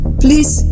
please